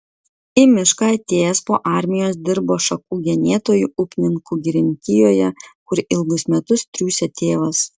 į mišką atėjęs po armijos dirbo šakų genėtoju upninkų girininkijoje kur ilgus metus triūsė tėvas